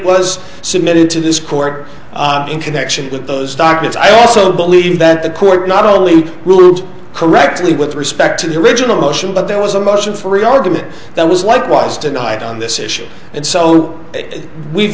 was submitted to this court in connection with those documents i also believe that the court not only correctly with respect to the original motion but there was a motion for the argument that was like was denied on this issue and so we've